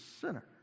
sinner